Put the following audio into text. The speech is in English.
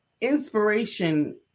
inspiration